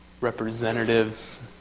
representatives